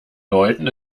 leuten